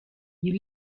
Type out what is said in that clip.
you